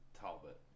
talbot